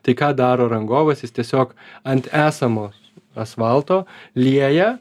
tai ką daro rangovas jis tiesiog ant esamo asfalto lieja